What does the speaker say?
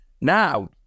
Now